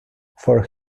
for